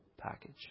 package